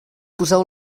poseu